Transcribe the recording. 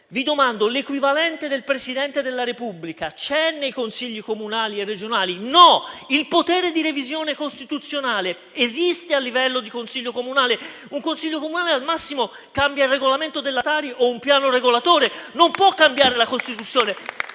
Vi domando: l'equivalente del Presidente della Repubblica c'è nei Consigli comunali e regionali? No. Il potere di revisione costituzionale esiste a livello di Consiglio comunale? Un Consiglio comunale cambia al massimo il regolamento della TARI o un piano regolatore, non può cambiare la Costituzione.